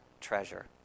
treasure